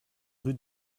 rue